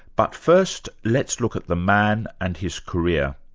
but first, let's look at the man and his career.